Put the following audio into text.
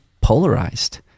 polarized